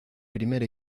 primer